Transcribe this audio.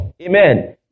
Amen